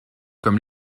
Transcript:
comme